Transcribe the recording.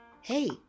Hey